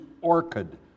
orchid